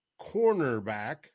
cornerback